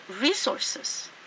resources